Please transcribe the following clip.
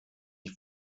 die